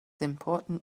important